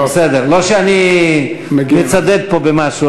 לא שאני מצדד פה במשהו,